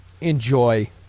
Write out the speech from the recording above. enjoy